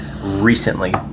recently